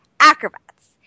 Acrobats